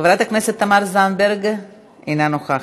חברת הכנסת תמר זנדברג, אינה נוכחת,